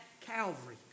Calvary